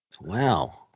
Wow